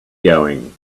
going